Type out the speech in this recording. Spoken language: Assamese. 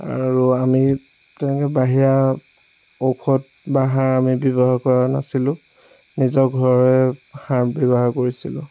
আৰু আমি তেনেকে বাহিৰা ঔষধ বা সাৰ আমি ব্যৱহাৰ কৰা নাছিলো নিজৰ ঘৰৰে সাৰ ব্যৱহাৰ কৰিছিলোঁ